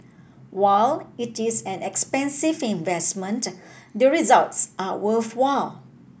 while it is an expensive investment the results are worthwhile